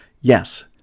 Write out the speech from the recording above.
Yes